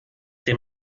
dem